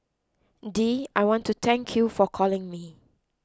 Dee I want to thank you for calling me